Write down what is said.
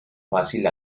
fácil